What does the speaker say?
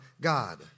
God